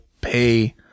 pay